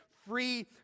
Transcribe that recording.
Free